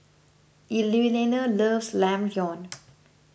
Evelena loves Ramyeon